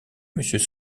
monsieur